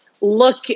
look